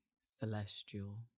celestial